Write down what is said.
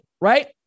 right